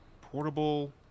portable